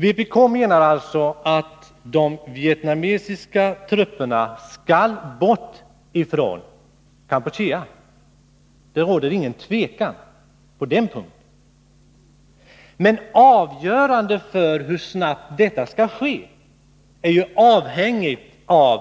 Vpk menar alltså att de vietnamesiska trupperna måste bort från Kampuchea. Det råder ingen tvekan på den punkten. Men avgörande för hur snabbt detta skall ske är avhängigt av